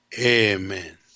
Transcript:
Amen